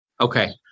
Okay